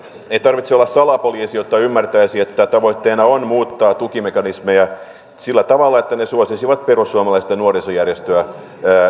ei tarvitse olla salapoliisi jotta ymmärtäisi että tavoitteena on muuttaa tukimekanismeja sillä tavalla että ne ne suosisivat perussuomalaista nuorisojärjestöä